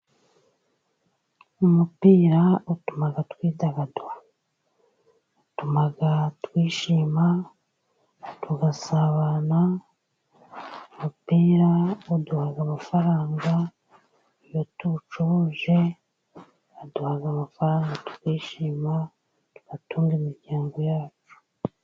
Umupira utuma twidagadura, utuma twishima, tugasabana. Umupira uduha amafaranga; iyo tuwucuruje, baduha amafaranga, tukishima, tugatunga imiryango yacu.